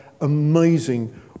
amazing